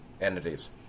entities